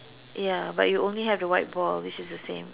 ya but you only have the white ball which is the same